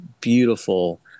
beautiful